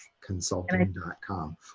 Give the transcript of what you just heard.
consulting.com